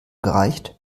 gereicht